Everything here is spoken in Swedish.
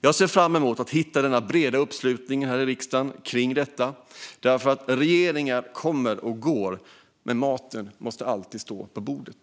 Jag ser fram emot att hitta en bred uppslutning här i riksdagen kring detta, för regeringar kommer och går, men maten måste alltid stå på bordet.